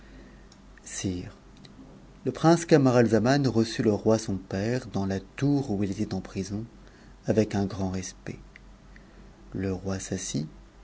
le prince camaralzaman reçut le roi son père dans la tour où il était en prison avec un grand respect le roi s'assit